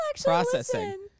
processing